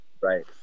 Right